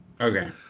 Okay